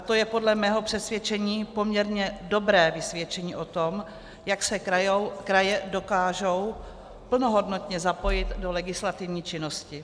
To je podle mého přesvědčení poměrně dobré vysvědčení o tom, jak se kraje dokážou plnohodnotně zapojit do legislativní činnosti.